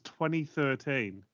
2013